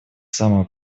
самого